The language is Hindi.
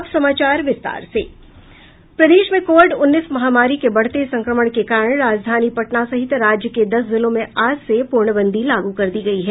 प्रदेश में कोविड उन्नीस महामारी के बढ़ते संक्रमण के कारण राजधानी पटना सहित राज्य के दस जिलों में आज से पूर्णबंदी लागू कर दी गयी है